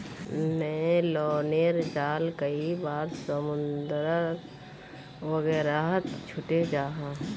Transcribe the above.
न्य्लोनेर जाल कई बार समुद्र वगैरहत छूटे जाह